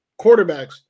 quarterbacks